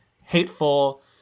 hateful